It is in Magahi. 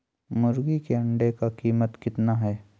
मुर्गी के अंडे का कीमत कितना है?